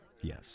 Yes